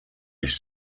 his